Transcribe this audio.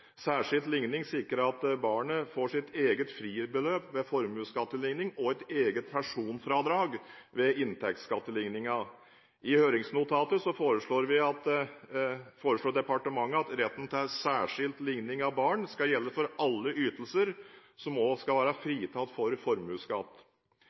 Særskilt ligning sikrer at barnet får sitt eget fribeløp ved formuesskatteligning og et eget personfradrag ved inntektsskatteligningen. I høringsnotatet forslår departementet at retten til særskilt ligning av barn skal gjelde for alle ytelser som også skal være